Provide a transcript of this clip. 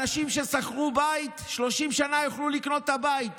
אנשים ששכרו בית 30 שנה, יוכלו לקנות את הבית.